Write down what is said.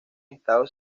estado